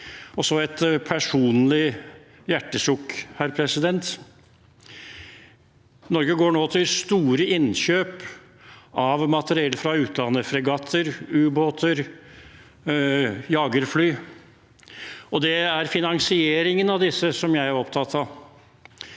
Så et personlig hjertesukk: Norge går nå til store innkjøp av materiell fra utlandet – fregatter, ubåter, jagerfly – og det er finansieringen av disse jeg er opptatt av.